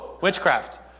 Witchcraft